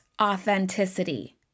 authenticity